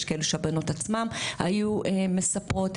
יש כאלו שהבנות עצמן היו מספרות.